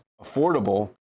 affordable